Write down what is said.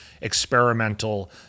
experimental